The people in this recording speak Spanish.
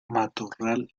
matorral